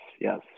yes